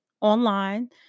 online